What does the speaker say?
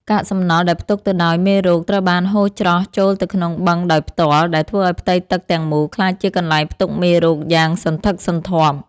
កាកសំណល់ដែលផ្ទុកទៅដោយមេរោគត្រូវបានហូរច្រោះចូលទៅក្នុងបឹងដោយផ្ទាល់ ដែលធ្វើឱ្យផ្ទៃទឹកទាំងមូលក្លាយជាកន្លែងផ្ទុកមេរោគយ៉ាងសន្ធឹកសន្ធាប់។